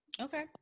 Okay